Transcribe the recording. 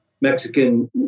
Mexican